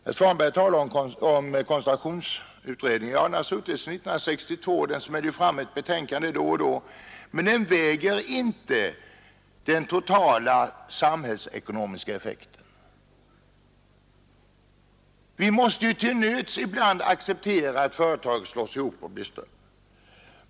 Herr Svanberg talar om koncentrationsutredningen. Ja, den har suttit sedan 1962, och den lägger ju fram ett betänkande då och då, men den väger inte den totala samhällsekonomiska effekten. Vi måste ju till nöds ibland acceptera att företag slås ihop och blir större.